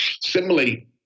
Similarly